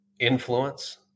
influence